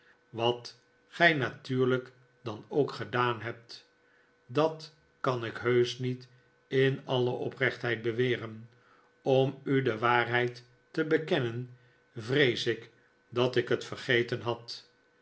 wat gij natuurlijk dan ook gedaan hebt dat kan ik heusch niet in alle oprechtheid beweren om u de waarheid te bekennen vrees ik dat ik het vergeten had